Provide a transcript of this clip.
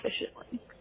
efficiently